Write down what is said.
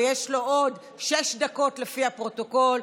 ויש לו עוד שש דקות לפי הפרוטוקול,